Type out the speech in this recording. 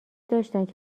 داشتند